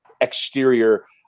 exterior